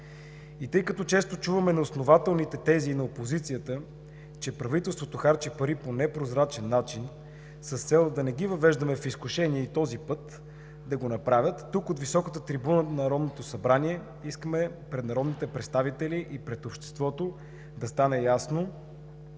Тъй като често чуваме неоснователните тези на опозицията, че правителството харчи пари по непрозрачен начин, с цел да не ги въвеждаме в изкушение и този път да го направят, тук, от високата трибуна на Народното събрание, искаме пред народните представители и пред обществото да стане ясно